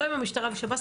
לא עם המשטרה והשב"ס,